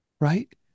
right